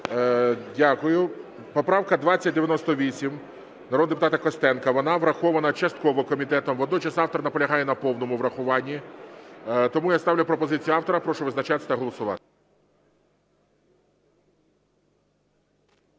Дякую. Поправка 2098 народного депутата Костенка. Вона врахована частково комітетом. Водночас автор наполягає на повному врахуванні. Тому я ставлю пропозицію автора. Прошу визначатись та голосувати.